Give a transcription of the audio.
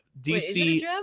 dc